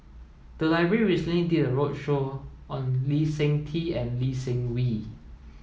the library recently did a roadshow on Lee Seng Tee and Lee Seng Wee